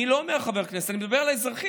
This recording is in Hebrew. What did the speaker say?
אני לא מדבר על חבר כנסת, אני מדבר על האזרחים,